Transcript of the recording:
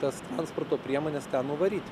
tas transporto priemonės ką nuvaryti